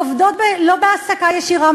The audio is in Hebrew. עובדות לא בהעסקה ישירה,